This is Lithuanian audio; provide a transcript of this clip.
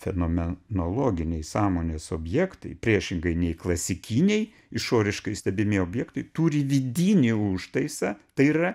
fenomenologiniai sąmonės objektai priešingai nei klasikiniai išoriškai stebimi objektai turi vidinį užtaisą tai yra